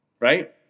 right